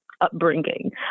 upbringing